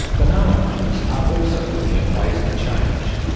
banana farmers are also looking at ways to change.